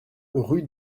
rue